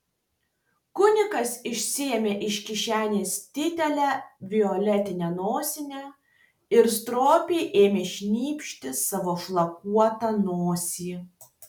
kunigas išsiėmė iš kišenės didelę violetinę nosinę ir stropiai ėmė šnypšti savo šlakuotą nosį